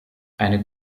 eine